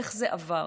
איך זה עבר?